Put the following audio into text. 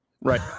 right